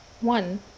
one